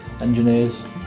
engineers